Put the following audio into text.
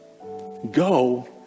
Go